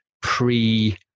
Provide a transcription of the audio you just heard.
pre